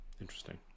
Interesting